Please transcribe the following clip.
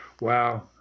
Wow